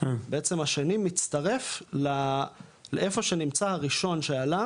בעצם השני מצטרף לאיפה שנמצא הראשון שעלה,